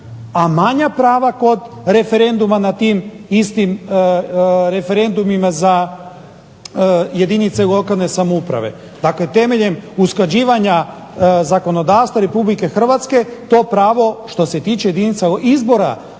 a manja prava kod referenduma na tim istim referendumima za jedinice lokalne samouprave. Dakle, temeljem usklađivanja zakonodavstva RH to pravo, što se tiče jedinica, izbora